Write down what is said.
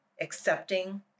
accepting